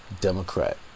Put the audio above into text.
Democrat